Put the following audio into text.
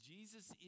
Jesus